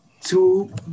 two